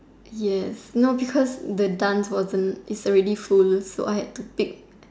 yes no because the dance wasn't is already full so I had to pick